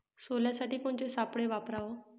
सोल्यासाठी कोनचे सापळे वापराव?